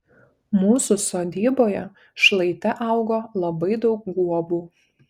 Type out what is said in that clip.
mūsų sodyboje šlaite augo labai daug guobų